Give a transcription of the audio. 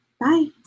Bye